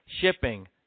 shipping